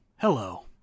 hello